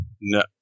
No